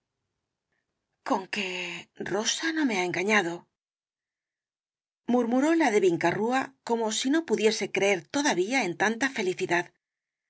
conque rosa no me ha engañado murmuró la de vinca rúa como si no pudiese creer todavía en tanta felicidad